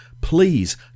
Please